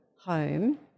home